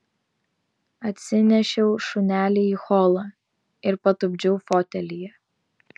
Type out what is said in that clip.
atsinešiau šunelį į holą ir patupdžiau fotelyje